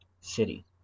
City